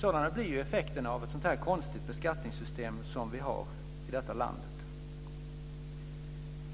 Sådana blir effekterna av ett så konstigt beskattningssystem som vi har i detta land.